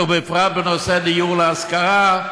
ובפרט בנושא דיור להשכרה,